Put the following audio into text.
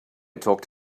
talked